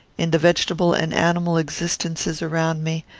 in the vegetable and animal existences around me,